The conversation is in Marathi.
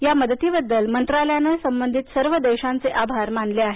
या मदतीबद्दल मंत्रालयानं संबंधित सर्व देशांचे आभार मानले आहेत